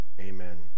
amen